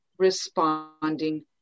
responding